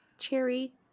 Cherry